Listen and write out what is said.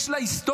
יש לה היסטוריה.